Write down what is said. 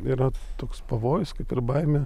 yra toks pavojus kaip ir baimė